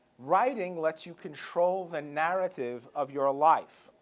writing lets you control the narrative of your life.